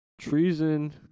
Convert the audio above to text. Treason